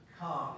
come